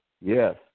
yes